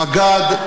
מג"ד,